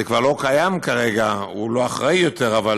זה כבר לא קיים כרגע, הוא לא אחראי יותר, אבל